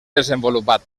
desenvolupat